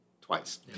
twice